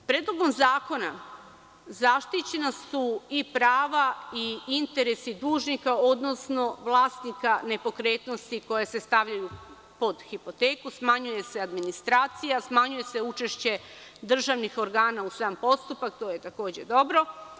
Predlogom zakona zaštićena su i prava i interesi dužnika, odnosno vlasnika nepokretnosti koje se stavljaju pod hipoteku, smanjuje se administracija i smanjuje se učešće državnih organa u sam postupak, što je takođe dobro.